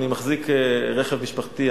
אני מחזיק רכב משפחתי.